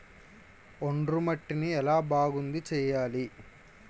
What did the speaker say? ఒండ్రు మట్టిని ఎలా బాగుంది చేయాలి?